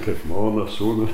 čia žmona sūnus